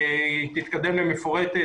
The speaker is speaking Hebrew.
היא תתקדם למפורטת,